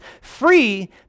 free